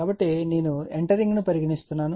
కాబట్టి నేను ఎంటరింగ్ ను పరిగణిస్తున్నాను